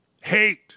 Hate